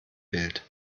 bild